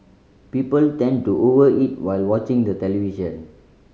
people tend to over eat while watching the television